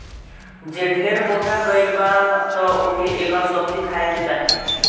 जे ढेर मोटा गइल बा तअ ओके एकर सब्जी खाए के चाही